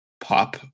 pop